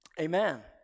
Amen